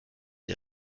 sie